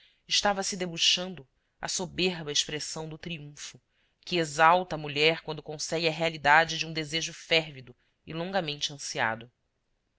estava-se debuxando a soberba expressão do triunfo que exalta a mulher quando consegue a realidade de um desejo férvido e longamente ansiado